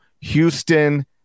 Houston